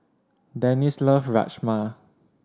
Dennis loves Rajma